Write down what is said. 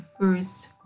first